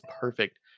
perfect